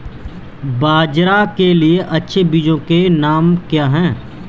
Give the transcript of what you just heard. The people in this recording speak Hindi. बाजरा के लिए अच्छे बीजों के नाम क्या हैं?